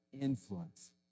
influence